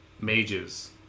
mages